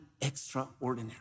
extraordinary